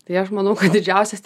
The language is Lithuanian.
tai aš manau kad didžiausias